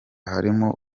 harimo